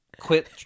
quit